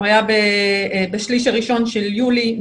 הוא היה בשליש הראשון של יולי.